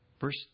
Verse